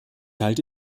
halte